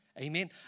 Amen